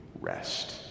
rest